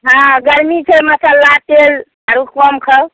हँ गर्मी छै मसल्ला तेल आरो कम खाउ